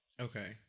Okay